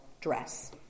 dress